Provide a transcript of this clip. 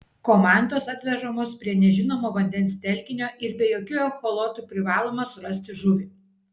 komandos atvežamos prie nežinomo vandens telkinio ir be jokių echolotų privaloma surasti žuvį